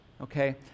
Okay